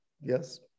Yes